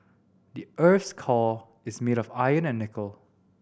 the earth's core is made of iron and nickel